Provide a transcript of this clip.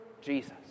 Jesus